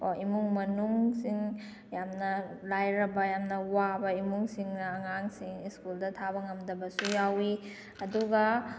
ꯏꯃꯨꯡ ꯃꯅꯨꯡꯁꯤꯡ ꯌꯥꯝꯅ ꯂꯥꯏꯔꯕ ꯌꯥꯝꯅ ꯋꯥꯕ ꯏꯃꯨꯡꯁꯤꯡꯅ ꯑꯉꯥꯡꯁꯤꯡ ꯁ꯭ꯀꯨꯜꯗ ꯊꯥꯕ ꯉꯝꯗꯕꯁꯨ ꯌꯥꯎꯋꯤ ꯑꯗꯨꯒ